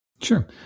Sure